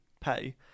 pay